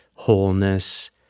Wholeness